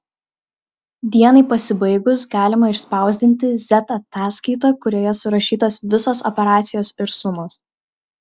dienai pasibaigus galima išspausdinti z ataskaitą kurioje surašytos visos operacijos ir sumos